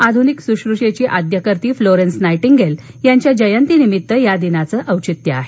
आधुनिक सुश्रुषेची आद्यकर्ती फ्लोरेन्स नायटिंगेल यांच्या जयंतीनिमित्त या दिनाचं औचित्य आहे